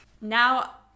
now